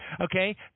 Okay